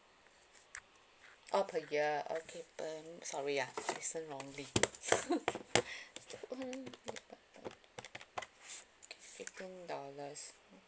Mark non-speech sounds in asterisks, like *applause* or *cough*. orh per year okay per sorry ah listen wrongly *laughs* dollars